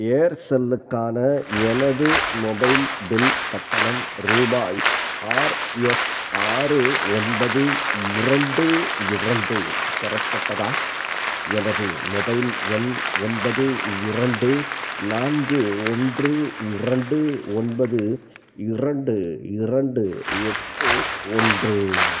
ஏர்செல்லுக்கான எனது mobile bill கட்டணம் ரூபாய் ஆர்எஸ் ஆறு ஒன்பது இரண்டு இரண்டு பெறப்பட்டதா எனது மொபைல் எண் ஒன்பது இரண்டு நான்கு ஒன்று இரண்டு ஒன்பது இரண்டு இரண்டு எட்டு ஒன்று